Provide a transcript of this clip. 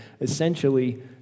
Essentially